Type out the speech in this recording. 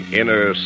inner